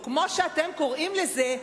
או כמו שאתם קוראים לזה,